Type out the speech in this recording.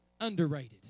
underrated